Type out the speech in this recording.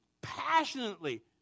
passionately